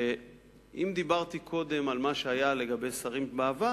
אם דיברתי קודם על מה שהיה לגבי שרים בעבר,